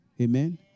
Amen